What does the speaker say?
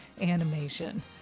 animation